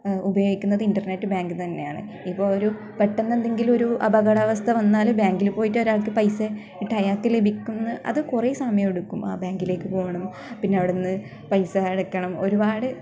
ഉപയോഗിക്കുന്നത് internet banking തന്നെയാണ് ഇപ്പം ഒരു പെട്ടെന്ന് എന്തെങ്കിലും ഒരു അപകടാവസ്ഥ വന്നാൽ ബാങ്കിൽ പോയിട്ട് ഒരാൾക്ക് പൈസ ഇട്ട് അയാൾക്ക് ലഭിക്കുന്ന അത് കുറേ സമയം എടുക്കും ആ ബാങ്കിലേക്ക് പോവണം പിന്നെ അവിടുന്ന് പൈസ അടയ്ക്കണം ഒരുപാട്